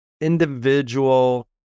individual